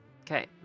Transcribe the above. Okay